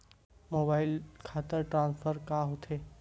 Mobile खाता transfer का होथे?